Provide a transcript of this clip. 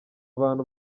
bantu